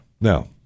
Now